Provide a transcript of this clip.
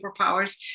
superpowers